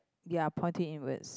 ya pointing inwards